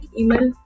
email